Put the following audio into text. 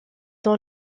dans